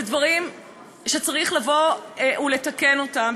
אלה דברים שצריך לבוא ולתקן אותם.